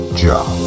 job